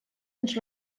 ens